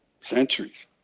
centuries